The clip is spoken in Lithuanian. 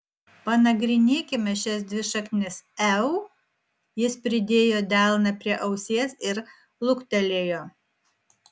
panagrinėkime šias dvi šaknis eu jis pridėjo delną prie ausies ir luktelėjo